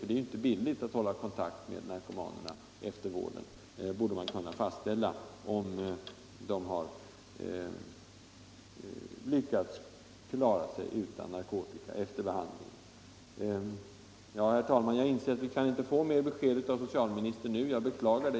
Det är inte billigt att hålla kontakt med narkomanerna efter vården, men man borde kunna fastställa om de lyckats klara sig utan narkotika. Herr talman! Jag inser att vi inte kan få mer besked av socialministern nu. Jag beklagar det.